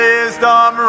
Wisdom